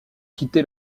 quitté